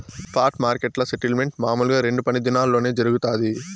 spot మార్కెట్ల settlement మామూలుగా రెండు పని దినాల్లోనే జరగతాది